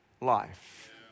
life